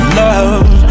love